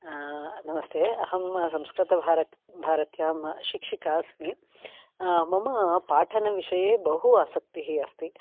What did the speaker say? नमस्ते अहं संस्कृतभारत् भारत्यां शिक्षिका अस्मि मम पाठनविषये बहु आसक्तिः अस्ति